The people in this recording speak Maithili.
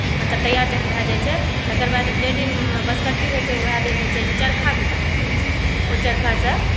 मतलब तैयार जहन भए जाइ छै तकर बाद जाहि दिन बँसकट्टी होइ छै वएह दिन होइ छै चरखा भी काटल जाइ छै ओ चरखासँ